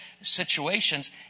situations